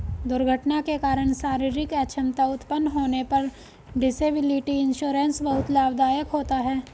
दुर्घटना के कारण शारीरिक अक्षमता उत्पन्न होने पर डिसेबिलिटी इंश्योरेंस बहुत लाभदायक होता है